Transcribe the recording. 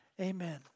Amen